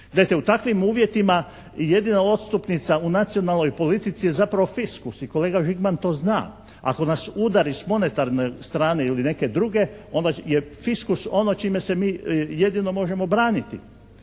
u takvim uvjetima jedina odstupnica u nacionalnoj politici je zapravo fiskus i kolega Žigman to zna. Ako nas udari s monetarne strane ili neke druge onda je fiskus ono čime se mi jedino možemo braniti.